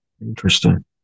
Interesting